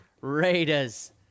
Raiders